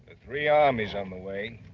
three armies on the way.